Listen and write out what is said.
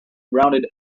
rounded